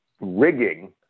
rigging